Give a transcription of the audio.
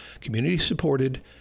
community-supported